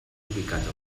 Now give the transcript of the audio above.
ubicats